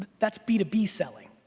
that's b two b selling.